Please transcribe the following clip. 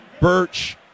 Birch